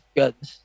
guns